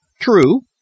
True